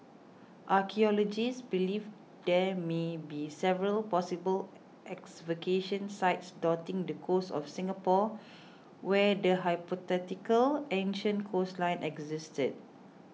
archaeologists believe there may be several possible excavation sites dotting the coast of Singapore where the hypothetical ancient coastline existed